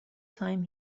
time